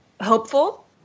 hopeful